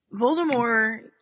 Voldemort